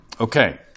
Okay